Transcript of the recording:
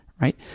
right